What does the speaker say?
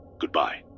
Goodbye